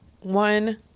one